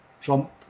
Trump